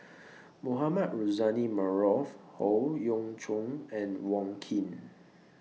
Mohamed Rozani Maarof Howe Yoon Chong and Wong Keen